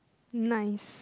nice